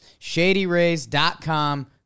ShadyRays.com